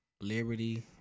Liberty